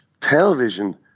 television